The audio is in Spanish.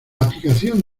aplicación